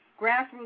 Grassroots